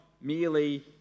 merely